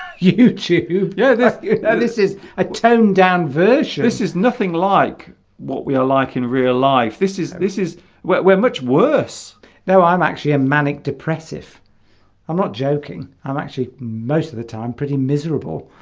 you cheap yeah this this is a toned down version this is nothing like what we are like in real life this is this is what we're much worse no i'm actually a manic depressive i'm not joking i'm actually most of the time pretty miserable